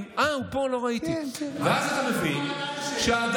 אה, הוא פה, לא ראיתי.